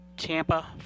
Tampa